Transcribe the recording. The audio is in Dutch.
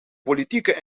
politieke